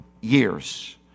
years